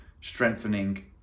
strengthening